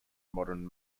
modern